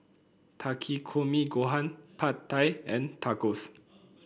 Takikomi Gohan Pad Thai and Tacos